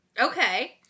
okay